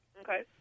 Okay